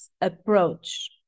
approach